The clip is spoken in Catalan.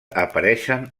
apareixen